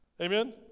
Amen